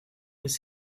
was